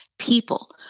People